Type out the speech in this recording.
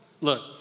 Look